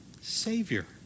savior